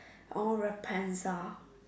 or Rapunzel